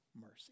mercy